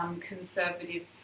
Conservative